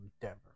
Denver